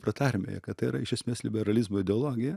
pratarmėje kad tai yra iš esmės liberalizmo ideologija